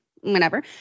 whenever